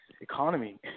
economy